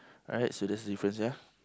alright so that's the difference ya